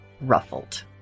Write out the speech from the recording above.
ruffled